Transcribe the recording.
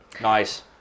Nice